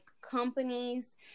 companies